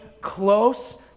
close